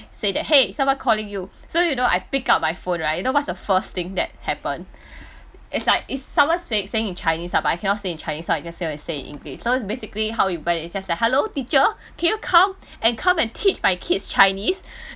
say that !hey! someone calling you so you know I pick up my phone right you know whats the first thing that happen it's like if someone say saying in chinese lah but I cannot say in chinese lah so I just I want say in english so is basically how it went is just like halo teacher can you come and come and teach my kids chinese